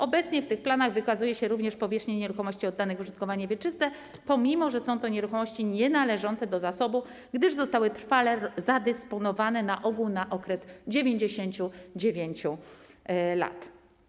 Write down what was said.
Obecnie w tych planach wykazuje się również powierzchnie nieruchomości oddanych w użytkowanie wieczyste, mimo że są to nieruchomości nienależące do zasobu, gdyż zostały trwale zadysponowane na ogół na okres 99 lat.